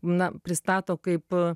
na pristato kaip